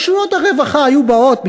רשויות הרווחה היו באות,